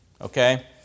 okay